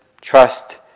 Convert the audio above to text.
trust